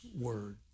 Word